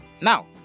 Now